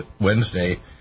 Wednesday